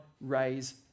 raise